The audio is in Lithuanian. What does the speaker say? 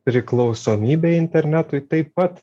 priklausomybė internetui taip pat